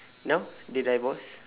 now they divorce